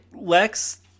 Lex